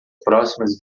próximas